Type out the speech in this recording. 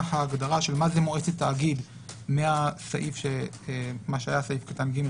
ההגדרה של מהי מועצת תאגיד ממה שהיה סעיף קטן (ג)